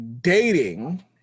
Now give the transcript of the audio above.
dating